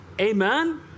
Amen